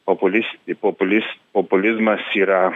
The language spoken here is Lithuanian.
populis populis populizmas yra